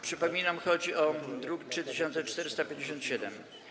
Przypominam, że chodzi o druk nr 3457.